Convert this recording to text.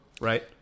right